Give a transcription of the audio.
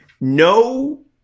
No